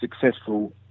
successful